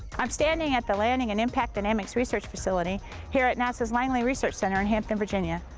i'm standing at the landing and impact dynamics research facility here at nasa's langley research center in hampton, va. yeah